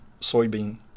soybean